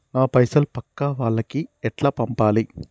నా పైసలు పక్కా వాళ్లకి ఎట్లా పంపాలి?